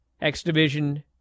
X-Division